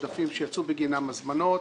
עודפים שיצאו בגינם הזמנות,